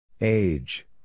Age